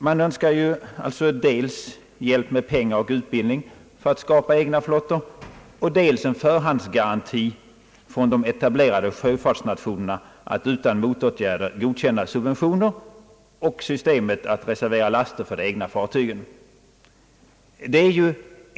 Man önskar alltså dels hjälp med pengar och utbildning för att skapa egna flottor, dels en förhandsgaranti från de etablerade sjöfartsnationerna att utan motåtgärder godkänna subventioner och systemet att reservera laster för de egna fartygen.